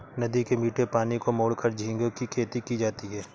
नदी के मीठे पानी को मोड़कर झींगे की खेती की जाती है